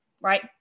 right